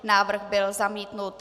Návrh byl zamítnut.